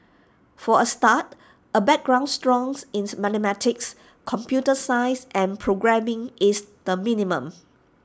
for A start A background strong in mathematics computer science and programming is the minimum